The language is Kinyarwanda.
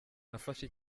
nafashe